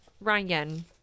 ryan